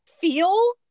feel